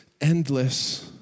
endless